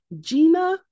Gina